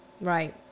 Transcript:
Right